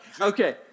Okay